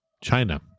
China